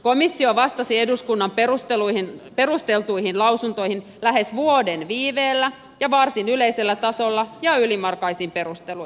komissio vastasi eduskunnan perusteltuihin lausuntoihin lähes vuoden viiveellä ja varsin yleisellä tasolla ja ylimalkaisin perusteluin